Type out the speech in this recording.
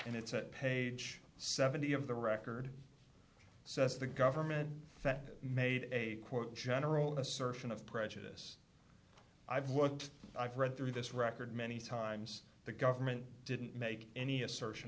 and it's at page seventy of the record says the government that made a general assertion of prejudice i've what i've read through this record many times the government didn't make any assertion